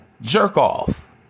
jerk-off